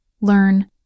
learn